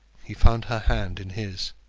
he found her hand in his.